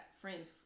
friends